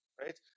Right